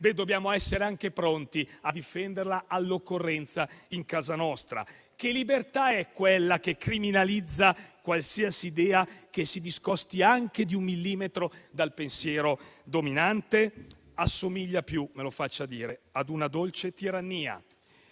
dobbiamo essere anche pronti a difenderla all'occorrenza in casa nostra. Che libertà è quella che criminalizza qualsiasi idea che si discosti, anche di un millimetro, dal pensiero dominante? Mi faccia dire che assomiglia più ad una dolce tirannia.